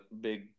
big